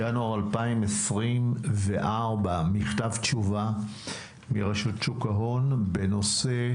ינואר 2024 מכתב תשובה מרשות שוק ההון בנושא